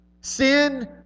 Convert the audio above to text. Sin